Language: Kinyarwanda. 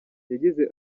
yagize